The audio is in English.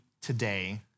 today